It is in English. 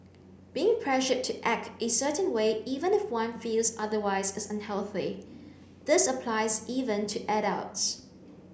being pressured to act a certain way even if one feels otherwise is unhealthy this applies even to adults